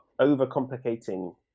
overcomplicating